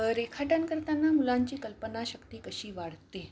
रेखाटन करताना मुलांची कल्पनाशक्ती कशी वाढते